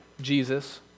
Jesus